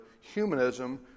humanism